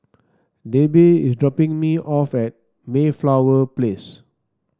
Debbie is dropping me off at Mayflower Place